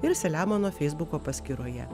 ir selemono feisbuko paskyroje